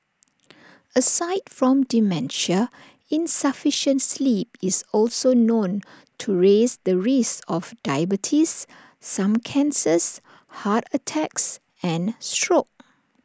aside from dementia insufficient sleep is also known to raise the risk of diabetes some cancers heart attacks and stroke